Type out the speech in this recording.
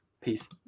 Peace